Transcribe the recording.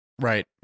right